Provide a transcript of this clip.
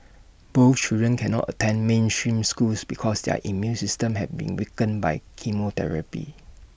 both children cannot attend mainstream schools because their immune systems have been weakened by chemotherapy